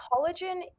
collagen